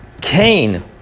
Cain